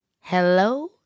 Hello